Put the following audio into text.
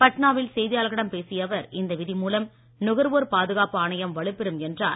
பட்னாவில் செய்தியாளர்களிடம் பேசிய அவர் இந்த விதி மூலம் நுகர்வோர் பாதுகாப்பு ஆணையம் வலுப்பெரும் என்றார்